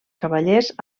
cavallers